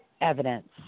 evidence